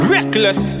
Reckless